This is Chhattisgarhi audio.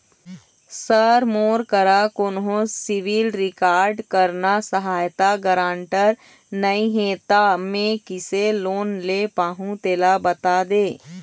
सर मोर करा कोन्हो सिविल रिकॉर्ड करना सहायता गारंटर नई हे ता मे किसे लोन ले पाहुं तेला बता दे